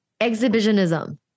exhibitionism